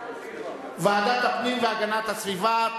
ועדת הפנים והגנת הסביבה,